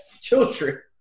children